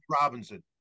Robinson